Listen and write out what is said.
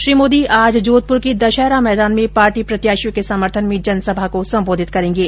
श्री मोदी आज जोधपुर के दशहरा मैदान में पार्टी प्रत्याशियों के समर्थन में जनसभा को सम्बोधित करेंगे